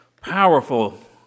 powerful